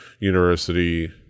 University